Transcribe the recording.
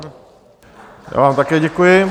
Já vám také děkuji.